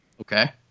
Okay